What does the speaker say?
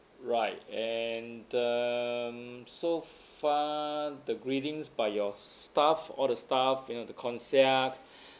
right and um so far the greetings by your staff all the staff you know the concierge